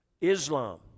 Islam